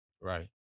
Right